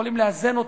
יכולים לאזן אותם,